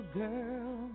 girl